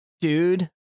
dude